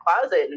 closet